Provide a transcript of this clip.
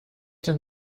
denn